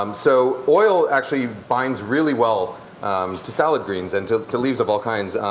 um so oil actually binds really well to salad greens and to to leaves of all kinds.